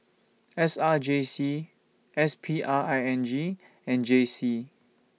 S R J C S P R I N G and J C